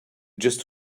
just